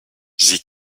sie